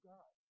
God